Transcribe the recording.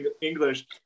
English